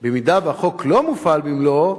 3. אם החוק לא מופעל במלואו,